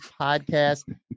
podcast